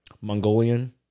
Mongolian